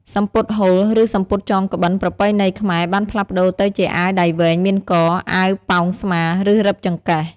សំពត់ហូល ឬ សំពត់ចងក្បិនប្រពៃណីខ្មែរបានផ្លាស់ប្តូរទៅជាអាវដៃវែងមានក អាវប៉ោងស្មា និង រឹបចង្កេះ។